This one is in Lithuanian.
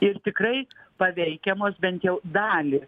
ir tikrai paveikiamos bent jau dalį